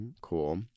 cool